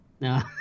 No